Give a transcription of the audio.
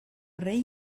rei